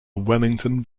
wellington